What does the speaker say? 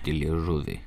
ti liežuvį